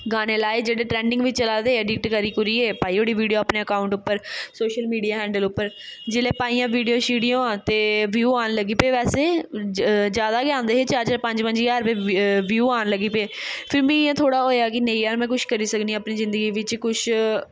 गाने लाए जेह्ड़े ट्रैंडिंग बिच्च चला दे अडिट करी कुरियै पाई ओड़ी वीडियो अपने अकाउंट उप्पर सोशल मीडिया हैंडल उप्पर जिल्लै पाइयां वीडियो शीडियो ते ब्यू औन लग्गी पे वैसे ज जैदा गै औंदे हे चार चार पंज पंज ज्हार ब ब्यू औन लगी पे फिर मी इ'यां थोह्ड़ा होएआ कि नेईं यार में कुछ करी सकनी आं अपनी जिन्दगी बिच्च कुछ